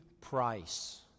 price